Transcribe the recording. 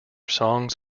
songs